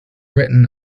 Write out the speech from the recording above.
written